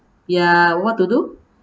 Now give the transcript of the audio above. ya what to do